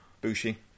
Bushi